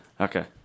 Okay